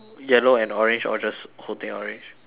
yellow and orange or just whole thing orange